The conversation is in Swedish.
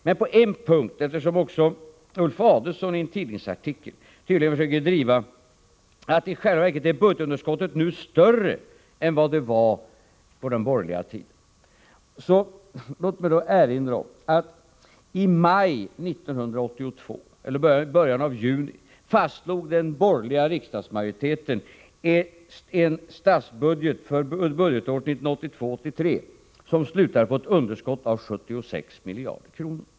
Men eftersom också Ulf Adelsohn i en tidningsartikel tydligen försöker driva uppfattningen att budgetunderskottet i själva verket nu är större än vad det var på den borgerliga tiden, vill jag erinra om att den borgerliga riksdagsmajoriteten i början av juni 1982 fastslog en statsbudget för budgetåret 1982/83 som slutade på ett underskott av 76 miljarder kronor.